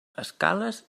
escales